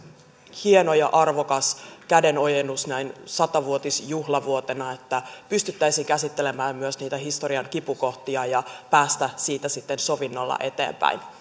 hieno ja arvokas kädenojennus näin satavuotisjuhlavuotena että pystyttäisiin käsittelemään myös niitä historian kipukohtia ja päästäisiin niistä sitten sovinnolla eteenpäin